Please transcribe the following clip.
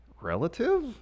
Relative